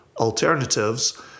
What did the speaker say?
alternatives